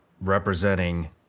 representing